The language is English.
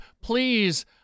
please